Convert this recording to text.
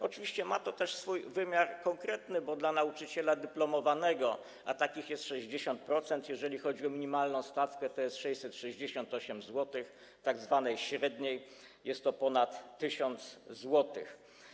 Oczywiście ma to też swój wymiar konkretny, bo dla nauczyciela dyplomowanego, a takich jest 60%, jeżeli chodzi o minimalną stawkę, to jest 668 zł, tzw. średniej jest to ponad 1000 zł.